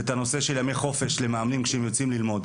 ואת הנושא של ימי חופש למאמנים כשהם יוצאים ללמוד,